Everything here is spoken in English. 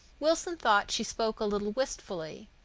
wilson thought she spoke a little wistfully.